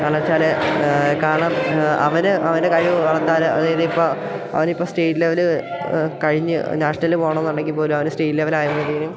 കാരണം എന്നു വെച്ചാൽ കാരണം അവന് അവൻ്റെ കഴിവ് വളർത്താൻ അതായത് ഇപ്പോൾ അവനിപ്പോൾ സ്റ്റേറ്റ് ലെവല് കഴിഞ്ഞ് നാഷണല് പോകണമെന്നുണ്ടെങ്കിൽ ഇപ്പോഴും അവന് സ്റ്റേറ്റ് ലെവലായെങ്കിൽപ്പോലും